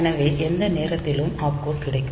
எனவே எந்த நேரத்திலும் ஆப்கோட் கிடைக்கும்